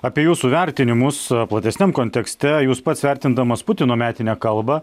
apie jūsų vertinimus platesniam kontekste jūs pats vertindamas putino metinę kalbą